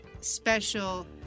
special